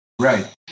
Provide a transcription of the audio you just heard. Right